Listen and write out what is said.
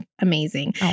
amazing